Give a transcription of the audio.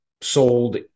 sold